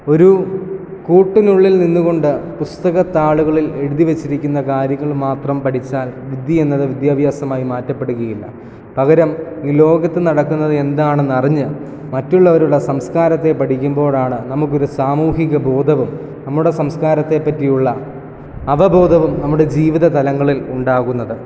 ഒരു കൂട്ടിനുള്ളിൽ നിന്നു കൊണ്ട് പുസ്തകത്താളുകളിൽ എഴുതി വെച്ചിരിക്കുന്ന കാര്യങ്ങൾ മാത്രം പഠിച്ചാൽ വിദ്യ എന്നത് വിദ്യാഭ്യാസമായി മാറ്റപ്പെടുകയില്ല പകരം ഈ ലോകത്ത് നടക്കുന്നത് എന്താണെന്ന് അറിഞ്ഞ് മറ്റുള്ളവരുടെ സംസ്കാരത്തെ പഠിക്കുമ്പോഴാണ് നമുക്കൊരു സാമൂഹിക ബോധവും നമ്മുടെ സംസ്കാരത്തെപ്പറ്റിയുള്ള അവബോധവും നമ്മുടെ ജീവിത തലങ്ങളിൽ ഉണ്ടാകുന്നത്